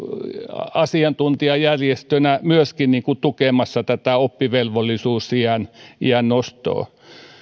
asiantuntijajärjestönä tukemassa tätä oppivelvollisuusiän nostoa